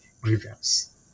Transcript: grievance